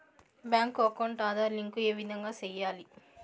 Bank account Aadhaar link ఏ విధంగా సెయ్యాలి?